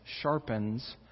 sharpens